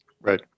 Right